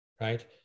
right